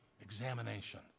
Examination